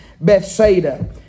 Bethsaida